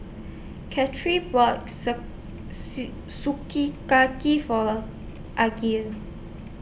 Cathey bought Sukiyaki For